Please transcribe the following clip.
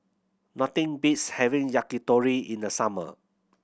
nothing beats having Yakitori in the summer